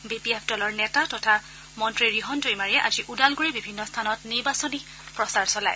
B P F দলৰ নেতা তথা মন্তী ৰিহন দৈমাৰীয়ে আজি ওদালগুৰিৰ বিভিন্ন স্থানত নিৰ্বাচনী প্ৰচাৰ চলায়